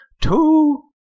two